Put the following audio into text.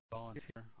volunteer